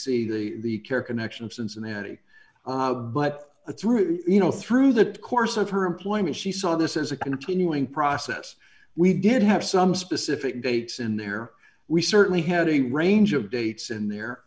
c the care connection of cincinnati but through you know through the course of her employment she saw this as a continuing process we did have some specific dates and there we certainly had a range of dates in there